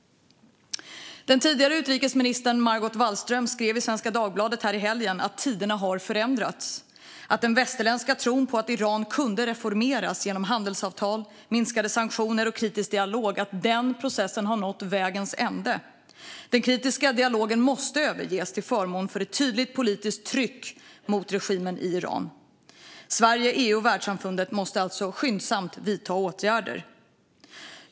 Den tidigare utrikesministern Margot Wallström skrev i Svenska Dagbladet nu i helgen att tiderna har förändrats och att den västerländska tron på att Iran kunde reformeras genom handelsavtal, minskade sanktioner och kritisk dialog har nått vägs ände. Den kritiska dialogen måste överges till förmån för ett tydligt politiskt tryck mot regimen i Iran. Sverige, EU och världssamfundet måste alltså skyndsamt vidta åtgärder.